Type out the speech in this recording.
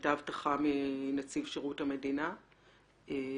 הייתה הבטחה מנציב שירות המדינה שהודיע